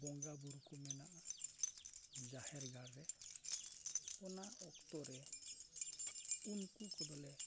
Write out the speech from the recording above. ᱵᱚᱸᱜᱟ ᱵᱳᱨᱳ ᱠᱚ ᱢᱮᱱᱟᱜᱼᱟ ᱡᱟᱦᱮᱨ ᱜᱟᱲ ᱨᱮ ᱚᱱᱟ ᱚᱠᱛᱚ ᱨᱮ ᱩᱱᱠᱩ ᱠᱚᱫᱚ ᱞᱮ